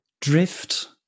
drift